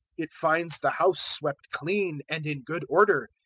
it finds the house swept clean and in good order.